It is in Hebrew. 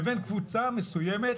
באמת, מדובר בקבוצה מסוימת,